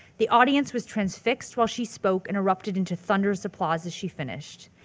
the audience was transfixed while she spoke and erupted into thunderous applause as she finished.